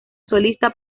solista